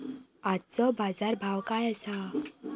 आजचो बाजार भाव काय आसा?